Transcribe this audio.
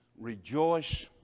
Rejoice